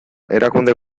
erakunde